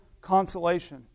consolation